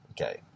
Okay